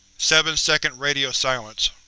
seven second radio silence.